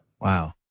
Wow